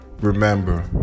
remember